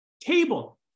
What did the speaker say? table